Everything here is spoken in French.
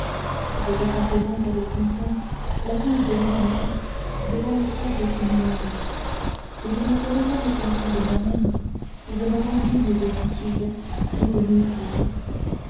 je défendrai donc avec confiance la cause de l'humanité devant les sages qui m'y invitent et je ne serai pas mécontent de moi-même si je me rends digne de mon sujet et de mes juges